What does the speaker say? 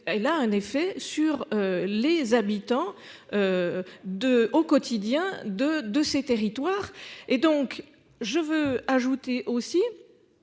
elle a un effet sur les habitants. De au quotidien de de ces territoires et donc je veux ajouter aussi.